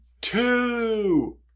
two